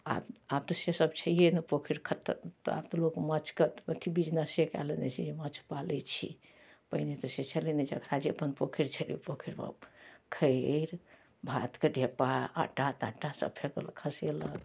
आ आब तऽ से सब छहिये नहि पोखरि खत्ता आब तऽ लोक माँछके अथी बिजनेसे कए लेने छै जे माँछ पालै छी पहिने तऽ से छलै नहि जकरा जे अपन पोखरि छेलै ओ पोखरिमे खैर भातके ढ़ेपा आँटा ताँटा सब फेक खसेलक